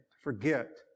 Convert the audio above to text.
Forget